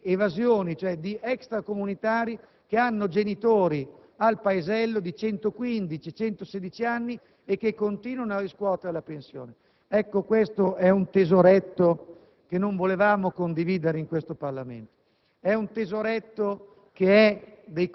fatti concreti di evasioni di extracomunitari, che hanno genitori al paesello di 115 o 116 anni e che continuano a riscuotere la pensione. Questo è un tesoretto che non volevamo condividere nel Parlamento.